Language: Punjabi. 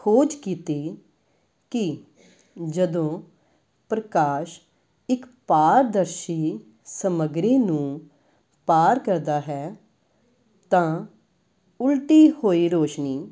ਖੋਜ ਕੀਤੀ ਕਿ ਜਦੋਂ ਪ੍ਰਕਾਸ਼ ਇੱਕ ਪਾਰਦਰਸ਼ੀ ਸਮੱਗਰੀ ਨੂੰ ਪਾਰ ਕਰਦਾ ਹੈ ਤਾਂ ਉਲਟੀ ਹੋਈ ਰੋਸ਼ਨੀ